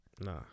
Nah